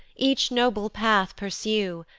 each noble path pursue,